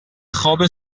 خواب